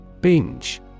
Binge